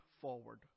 forward